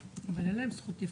אבל אין להם זכות לבחור,